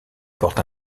porte